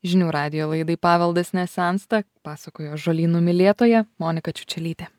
žinių radijo laidai paveldas nesensta pasakojo žolynų mylėtoja monika čiučelytė